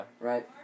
Right